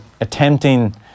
attempting